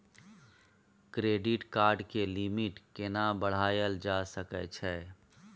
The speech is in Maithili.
क्रेडिट कार्ड के लिमिट केना बढायल जा सकै छै?